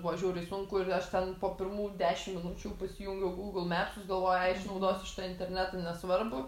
buvo žiauriai sunku ir aš ten po pirmų dešim minučių pasijungiau gūgl mepsus galvoju ai išnaudosiu šitą internetą nesvarbu